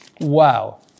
Wow